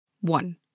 one